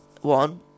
one